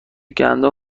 گندم